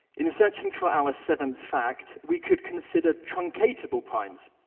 in searching for our seventh fact, we could consider truncatable primes,